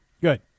Good